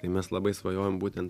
i mes labai svajojom būtent